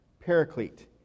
Paraclete